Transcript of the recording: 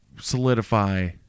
solidify